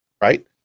right